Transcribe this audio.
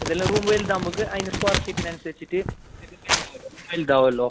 ഇതെല്ലം റൂമ് വലുതാവുമ്പക്ക് അതിന് സ്ക്വയർ ഫീറ്റിനനുസരിച്ചിട്ട് ഇത് വലുതാവും റൂം വലുതാവല്ലോ